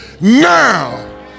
now